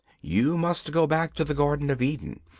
you must go back to the garden of eden.